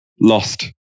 lost